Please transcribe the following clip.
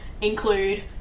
include